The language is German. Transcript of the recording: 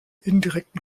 indirekten